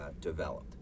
developed